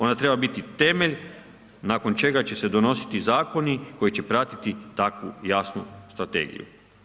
Ona treba biti temelj nakon čega će se donositi zakoni koji će pratiti takvu jasnu strategiju.